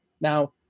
now